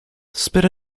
spit